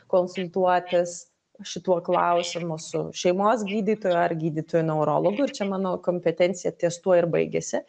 konsultuotis šituo klausimu su šeimos gydytoju ar gydytoju neurologu ir čia mano kompetencija ties tuo ir baigiasi